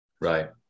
Right